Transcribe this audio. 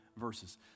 verses